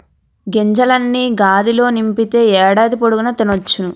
గింజల్ని గాదిలో నింపితే ఏడాది పొడుగు తినొచ్చును